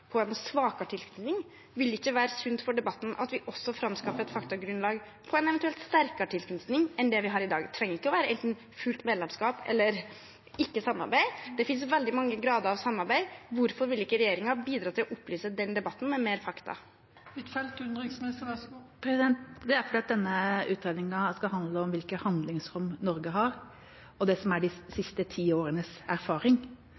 en svakere tilknytning? Vil det ikke være sunt for debatten at vi også fremskaffer et faktagrunnlag for en eventuelt sterkere tilknytning enn den vi har i dag? Det trenger ikke å være enten fullt medlemskap eller ikke samarbeid. Det finnes veldig mange grader av samarbeid. Hvorfor vil ikke regjeringen bidra til å opplyse den debatten med mer fakta? Det er fordi denne utredningen skal handle om hvilket handlingsrom Norge har, og de siste ti års erfaring. Det er